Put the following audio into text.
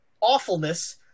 awfulness